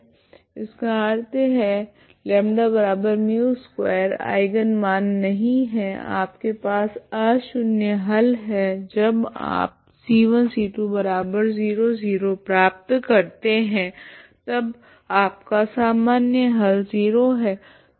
इसका अर्थ है λμ2 आइगन मान नहीं है आपके पास अशून्य हल है जब आप प्राप्त करते है तब आपका सामान्य हल 0 है